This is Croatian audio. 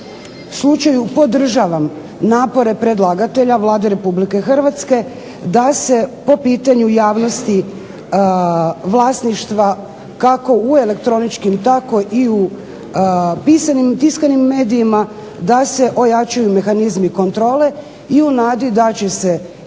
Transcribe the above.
slučaju podržavam napore predlagatelja, Vlade Republike Hrvatske da se po pitanju javnosti vlasništva kako u elektroničkim tako i u pisanim, tiskanim medijima da se ojačaju mehanizmi kontrole i u nadi da će se i svi